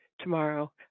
tomorrow